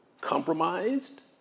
compromised